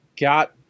got